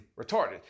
retarded